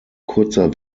kurzer